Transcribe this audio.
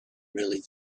really